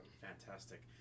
Fantastic